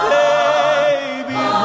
baby